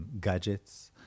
gadgets